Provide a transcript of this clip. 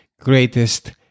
greatest